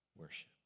Worship